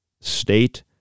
State